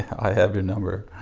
i have the number